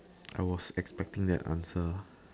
I was expecting that answer